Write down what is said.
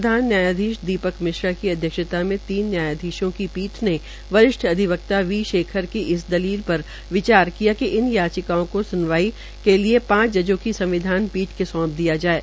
प्रधान न्यायाधीश दीपक मिश्रा की अध्यक्षता में तीन न्यायाधीशों की पीठ ने वरिष्ठ अधिवक्ता वी शेखर की इस दलील पर विचार किया कि इन याचिकाओं को स्नवाई के लिए पांच जजो की संविधान पीठ को सौंप दिया जाये